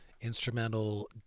Instrumental